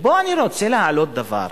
ופה אני רוצה להעלות דבר: